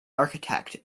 architect